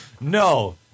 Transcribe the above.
no